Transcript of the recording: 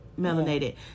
melanated